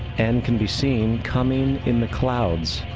and can be seen coming in the clouds,